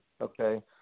okay